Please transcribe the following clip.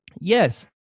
Yes